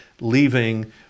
leaving